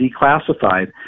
declassified